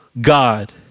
God